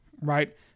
right